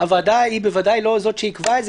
הוועדה היא בוודאי לא זאת שעיכבה את זה,